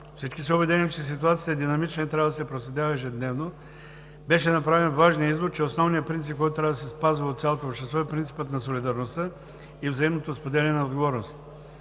Всички са убедени, че ситуацията е динамична и трябва да се проследява ежедневно. Беше направен важният извод, че основен принцип, който трябва да се спазва от цялото общество, е принципът на солидарността и взаимното споделяне на отговорностите.